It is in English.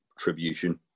Tribution